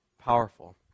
Powerful